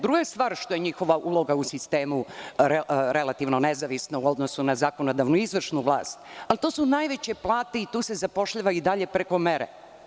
Druga je stvar što je njihova uloga u sistemu relativno nezavisna u odnosu na zakonodavnu i izvršnu vlast, ali to su najveće plate i tu se zapošljava i dalje preko mere.